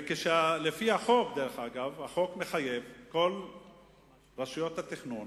דרך אגב, החוק מחייב את כל רשויות התכנון